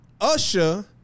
Usher